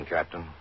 Captain